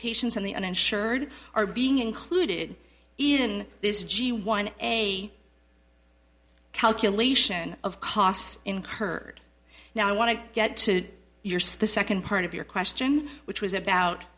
patients and the uninsured are being included in this g one a calculation of costs incurred now i want to get to your site the second part of your question which was about